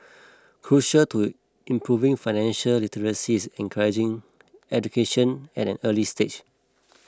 crucial to improving financial literacy is encouraging education at an early stage